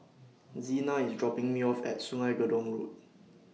Xena IS dropping Me off At Sungei Gedong Road